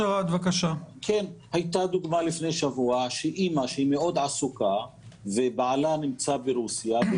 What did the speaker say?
לפני שבוע הייתה דוגמה של אימא שהיא מאוד עסוקה ובעלה נמצא ברוסיה והיא